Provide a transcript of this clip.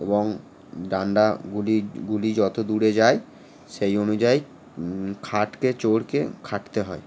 এবং ডান্ডা গুলি গুলি যত দূরে যায় সেই অনুযায়ী খাটকে চোরকে খাটতে হয়